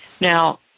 Now